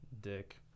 dick